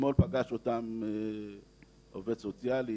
אתמול פגש אותם עובד סוציאלי,